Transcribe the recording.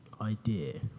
idea